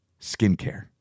skincare